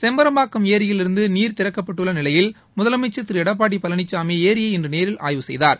செம்பரம்பாக்கம் ஏரியிலிருந்து நீர் திறக்கப்பட்டுள்ள நிலையில் முதலமைச்ச் திரு எடப்பாடி பழனிசாமி ஏரியை இன்று நேரில் ஆய்வு செய்தார்